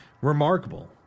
remarkable